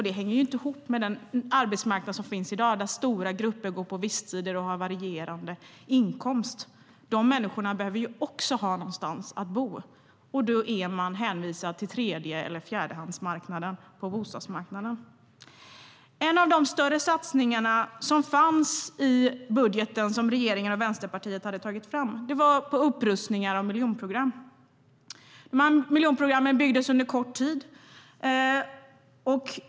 Det hänger inte ihop med den arbetsmarknad som finns i dag, där stora grupper går på visstid och har varierande inkomst. De människorna behöver också ha någonstans att bo. Då är man hänvisad till tredje eller fjärdehandsmarknaden på bostadsmarknaden. En av de större satsningar som fanns i den budget som regeringen och Vänsterpartiet hade tagit fram var på upprustningar av miljonprogrammet. Bostäderna i miljonprogrammet byggdes under kort tid.